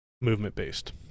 movement-based